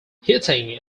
heating